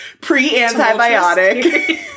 pre-antibiotic